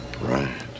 Right